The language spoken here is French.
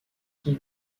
qui